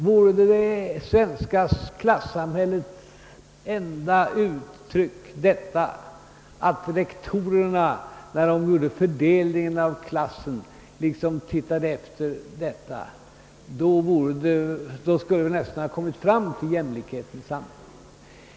Vore det enda uttrycket för det svenska klassamhället att rektorerna handlade på detta sätt vid fördelningen inom klassen skulle vi nästan ha uppnått jämlikhetens samhälle.